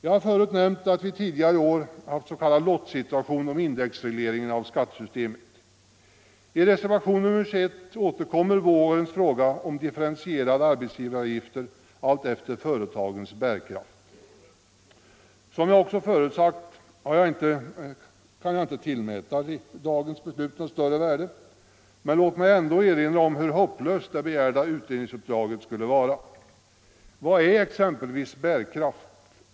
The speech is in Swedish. Jag har förut nämnt att vi tidigare i år har haft s.k. lottsituation om indexregleringen av skattesystemet. I reservationen 21 återkommer vårens fråga om differentierade arbetsgivaravgifter alltefter företagens bärkraft. Som jag också förut sagt kan jag inte tillmäta dagens beslut något större värde, men låt mig ändå erinra om hur hopplöst det begärda utredningsuppdraget skulle vara. Vad är exempelvis bärkraft?